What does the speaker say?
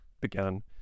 began